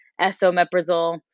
esomeprazole